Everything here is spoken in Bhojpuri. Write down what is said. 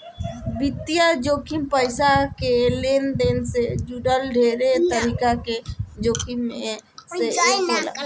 वित्तीय जोखिम पईसा के लेनदेन से जुड़ल ढेरे तरीका के जोखिम में से एक होला